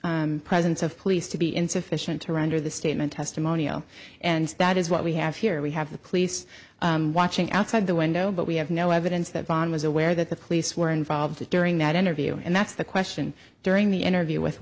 presence of police to be insufficient to render the statement testimonial and that is what we have here we have the police watching outside the window but we have no evidence that bond was aware that the police were involved during that interview and that's the question during the interview with